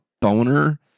boner